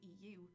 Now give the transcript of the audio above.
EU